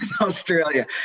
australia